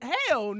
Hell